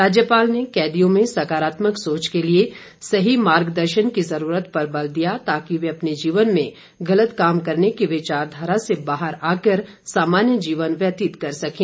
राज्यपाल ने कैदियों में सकारात्मक सोच के लिए सही मार्गदर्शन की जरूरत पर बल दिया ताकि वे अपने जीवन में गलत काम करने की विचार धारा से बाहर आकर सामान्य जीवन व्यतीत कर सकें